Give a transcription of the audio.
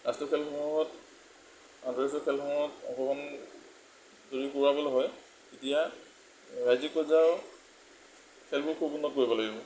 ৰাষ্ট্ৰীয় খেলসমূহত আন্তঃৰাষ্ট্ৰীয় খেলসমূহত অংশগ্ৰহণ যদি কৰোৱাবলৈ গ'ল হয় তেতিয়া ৰাজ্যিক পৰ্যায়ৰ খেলবোৰ খুব উন্নত কৰিব লাগিব